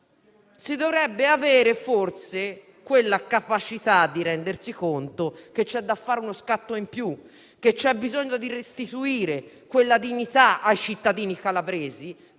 si dovrebbe avere, forse, la capacità di rendersi conto che c'è da fare uno scatto in più. C'è bisogno di restituire dignità ai cittadini calabresi